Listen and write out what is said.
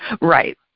Right